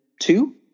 two